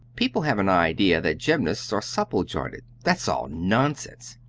people have an idea that gymnasts are supple-jointed. that's all nonsense.